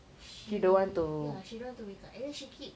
she ya she don't want to wake up and then she keep